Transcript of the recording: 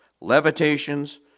levitations